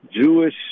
Jewish